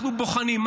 אנחנו בוחנים.